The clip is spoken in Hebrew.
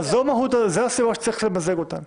זו הסיבה שצריך למזג אותן,